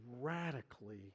radically